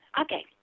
Okay